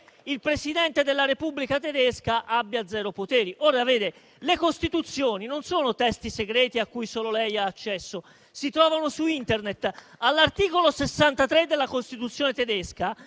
il Presidente della Repubblica tedesca abbia zero poteri. Signora Ministra, le Costituzioni non sono testi segreti a cui solo lei ha accesso, si trovano su Internet. All'articolo 63 della Costituzione tedesca,